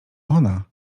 ona